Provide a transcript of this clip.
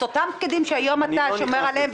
את אותם הפקידים שהיום אתה שומר עליהם -- אני לא נכנס לזה.